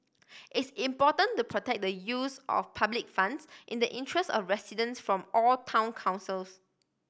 is important to protect the use of public funds in the interest of residents from all town councils